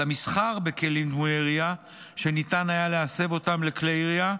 של המסחר בכלים דמויי ירייה שניתן היה להסב אותם לכלי ירייה,